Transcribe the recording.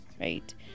right